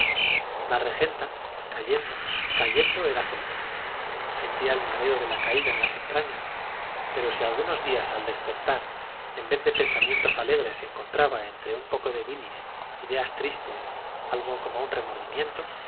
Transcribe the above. la regenta cayendo cayendo era feliz sentía el mareo de la caída en las entrañas pero si algunos días al despertar en vez de pensamientos alegres encontraba entre un poco de bilis ideas tristes algo como un remordimiento